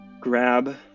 grab